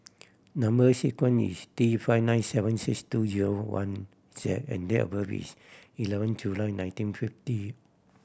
number sequence is T five nine seven six two zero one Z and date of birth is eleven July nineteen fifty